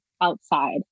outside